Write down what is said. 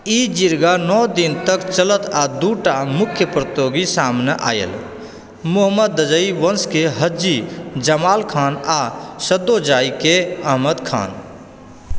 ई जिर्गा नओ दिन तक चलत आ दूटा मुख्य प्रतियोगी सामने आयल मोहम्मदजई वंश के हज्जी जमाल खान आ सद्दोजाई के अहमद खान